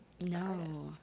No